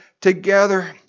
together